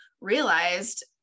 realized